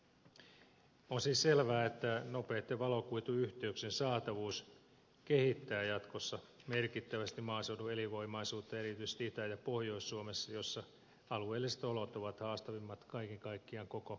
on siis selvää että nopeitten valokuituyhteyksien saatavuus kehittää jatkossa merkittävästi maaseudun elinvoimaisuutta erityisesti itä ja pohjois suomessa jossa alueelliset olot ovat haastavimmat kaiken kaikkiaan koko suomessa